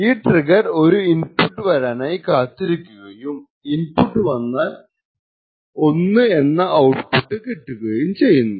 ഈ ട്രിഗ്ഗർ ഒരു ഇൻപുട്ട് വരാനായി കാത്തിരിക്കുകയും ഇൻപുട്ട് വന്നാൽ 1 എന്ന ഔട്പുട്ട് കിട്ടുകയും ചെയ്യുന്നു